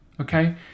Okay